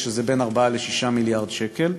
שזה בין 4 ל-6 מיליארד שקל.